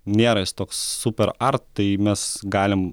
nėra jis toks super ar tai mes galim